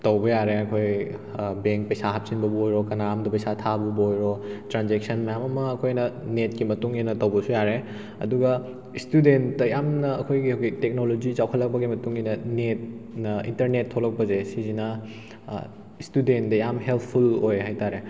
ꯇꯧꯕ ꯌꯥꯔꯦ ꯑꯩꯈꯣꯏ ꯕꯦꯡ ꯄꯩꯁꯥ ꯍꯥꯞꯆꯤꯟꯕꯕꯨ ꯑꯣꯏꯔꯣ ꯀꯥꯅ ꯑꯃꯗ ꯄꯩꯁꯥ ꯊꯥꯕꯕꯨ ꯑꯣꯏꯔꯣ ꯇ꯭ꯔꯥꯟꯖꯦꯛꯁꯟ ꯃꯌꯥꯝ ꯑꯃ ꯑꯩꯈꯣꯏꯅ ꯅꯦꯠꯀꯤ ꯃꯇꯨꯡ ꯏꯟꯅ ꯇꯧꯕꯁꯨ ꯌꯥꯔꯦ ꯑꯗꯨꯒ ꯏꯁꯇꯨꯗꯦꯟꯇ ꯌꯥꯝꯅ ꯑꯩꯈꯣꯏꯒꯤ ꯍꯧꯖꯤꯛ ꯇꯦꯛꯅꯣꯂꯣꯖꯤ ꯆꯥꯎꯈꯠꯂꯛꯄꯒꯤ ꯃꯇꯨꯡ ꯏꯟꯅ ꯅꯦꯠꯅ ꯏꯟꯇꯔꯅꯦꯠ ꯊꯣꯛꯂꯛꯄꯁꯦ ꯁꯤꯁꯤꯅ ꯏꯁꯇꯨꯗꯦꯟꯗ ꯌꯥꯝ ꯍꯦꯜꯞꯐꯨꯜ ꯑꯣꯏ ꯍꯥꯏꯇꯥꯔꯦ